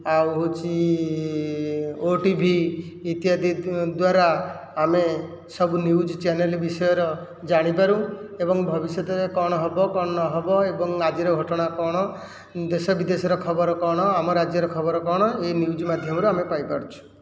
ଆଉ ହେଉଛି ଓଟିଭି ଇତ୍ୟାଦି ଦ୍ୱାରା ଆମେ ସବୁ ନ୍ୟୁଜ ଚ୍ୟାନେଲ ବିଷୟର ଜାଣିପାରୁ ଏବଂ ଭବିଷ୍ୟତରେ କ'ଣ ହେବ କ'ଣ ନ ହେବ ଏବଂ ଆଜିର ଘଟଣା କ'ଣ ଦେଶ ବିଦେଶର ଖବର କ'ଣ ଆମ ରାଜ୍ୟରେ ଖବର କ'ଣ ଏ ନ୍ୟୁଜ ମାଧ୍ୟମରେ ଆମେ ପାଇ ପାରୁଛୁ